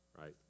right